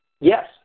Yes